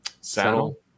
saddle